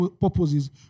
purposes